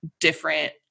different